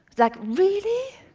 like, really!